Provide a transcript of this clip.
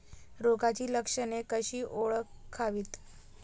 रोगाची लक्षणे कशी ओळखावीत?